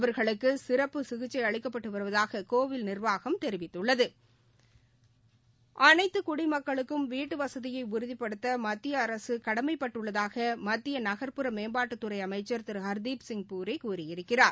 அவர்களுக்குசிறப்பு சிகிச்சைஅளிக்கப்பட்டுவருவதாககோவில் நிர்வாகம் தெரிவித்துள்ளது அனைத்துகுடிமக்களுக்கும் வீட்டுவசதியைஉறுதிப்படுத்தமத்தியஅரசுகடமைப்பட்டுள்ளதாகமத்தியநகர்ப்புற மேம்பாட்டுத் துறைஅமைச்சர் திருஹர்தீப்சிய் பூரிகூறியிருக்கிறார்